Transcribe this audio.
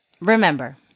remember